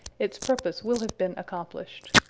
its purpose will have been accomplished.